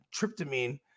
tryptamine